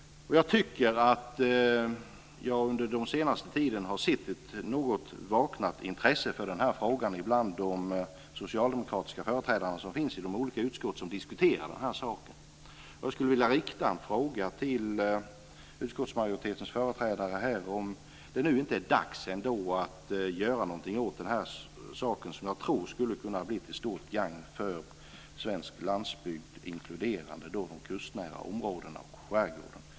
Jag tycker att jag under den senaste tiden har sett ett något vaknat intresse för den här frågan bland de socialdemokratiska företrädare som finns i de olika utskott som diskuterar den här saken. Jag skulle vilja rikta en fråga till utskottsmajoritetens företrädare här om det nu inte är dags ändå att göra någonting åt den här saken, som jag tror skulle kunna bli till stort gagn för svensk landsbygd inkluderande de kustnära områdena och skärgården.